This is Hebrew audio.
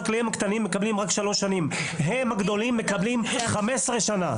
הם מקבלים 15 שנה.